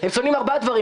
הם שונאים ארבעה דברים.